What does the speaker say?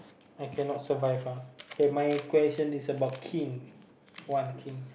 I cannot survive ah my question is about kin one kin